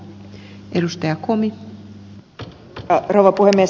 arvoisa rouva puhemies